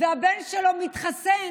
והבן שלו מתחסן